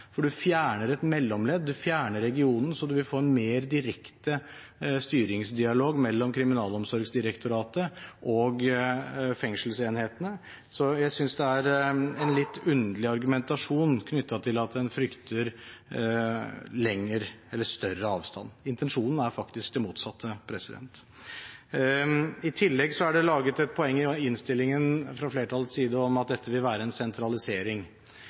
for man fjerner et mellomledd, man fjerner regionen, så man får en mer direkte styringsdialog mellom Kriminalomsorgsdirektoratet og fengselsenhetene. Så jeg synes det er en litt underlig argumentasjon knyttet til at en frykter større avstand. Intensjonen er faktisk det motsatte. I tillegg er det i innstillingen fra flertallets side laget et poeng om at dette vil være en sentralisering.